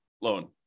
loan